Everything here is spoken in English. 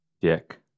dick